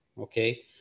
okay